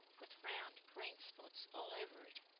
with round green spots all over it,